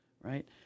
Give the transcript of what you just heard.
right